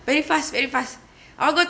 very fast very fast I'll go